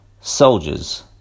Soldiers